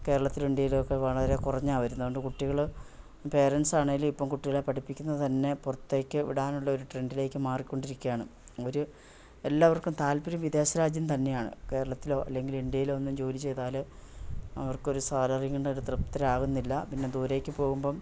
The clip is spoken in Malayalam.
കേരളത്തിലും ഇന്ത്യയിലുമൊക്കെ വളരെ കുറഞ്ഞു വരുന്നുണ്ട് കുട്ടികൾ പേരൻറ്റ്സാണെങ്കിലും ഇപ്പം കുട്ടികളെ പഠിപ്പിക്കുന്നത് തന്നെ പുറത്തേക്ക് വിടാനുള്ള ഒരു ട്രെൻഡിലേക്ക് മാറിക്കൊണ്ടിരിക്കുകയാണ് ഒരു എല്ലാവർക്കും താല്പര്യം വിദേശരാജ്യം തന്നെയാണ് കേരളത്തിലോ അല്ലെങ്കിൽ ഇന്ത്യേലോ ഒന്നും ജോലി ചെയ്താൽ അവർക്ക് ഒരു സാലറി കൊണ്ട് ഒരു തൃപ്തരാവൂന്നില്ല പിന്നെ ദൂരേക്ക് പോവുമ്പം